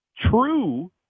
true